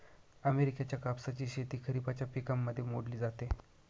अमेरिकेच्या कापसाची शेती खरिपाच्या पिकांमध्ये मोडली जाते